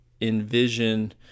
envision